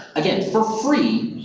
again, for free,